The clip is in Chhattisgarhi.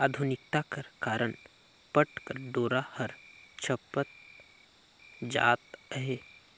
आधुनिकता कर कारन पट कर डोरा हर छपत जात अहे